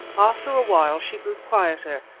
after a while she grew quieter,